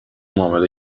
معامله